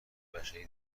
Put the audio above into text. بشری